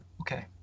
okay